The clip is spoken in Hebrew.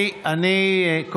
מה זה גזרה שווה?